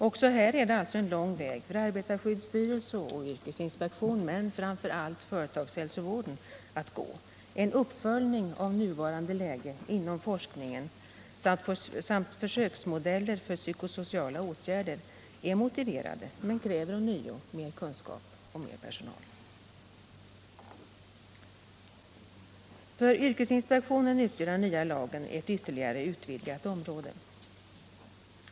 Även här är det alltså lång väg att gå för arbetarskyddsstyrelsen och yrkesinspektionen, men framför allt för företagshälsovården. En uppföljning av nuvarande läge inom forskningen samt försöksmodeller för psykosociala åtgärder är motiverade men kräver ånyo mer kunskap och mer personal. För yrkesinspektionen utgör den nya lagen ett ytterligare utvidgat område.